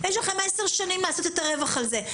יש לכם 10 שנים לעשות את הרווח על זה.